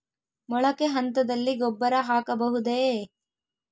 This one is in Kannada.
ಮೊಳಕೆ ಹಂತದಲ್ಲಿ ಗೊಬ್ಬರ ಹಾಕಬಹುದೇ?